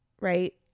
right